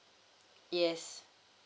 yes